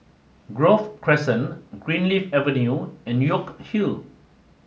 Grove Crescent Greenleaf Avenue and York Hill